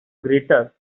greater